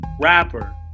rapper